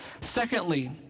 Secondly